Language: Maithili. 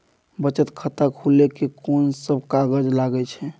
बचत खाता खुले मे कोन सब कागज लागे छै?